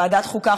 ועדת החוקה,